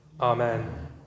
Amen